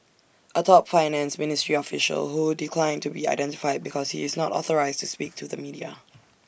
A top finance ministry official who declined to be identified because he is not authorised to speak to the media